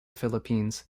philippines